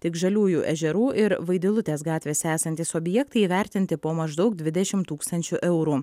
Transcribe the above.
tik žaliųjų ežerų ir vaidilutės gatvėse esantys objektai įvertinti po maždaug dvidešim tūkstančių eurų